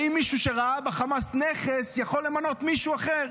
האם מישהו שראה בחמאס נכס יכול למנות מישהו אחר?